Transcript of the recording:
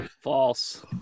False